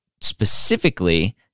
specifically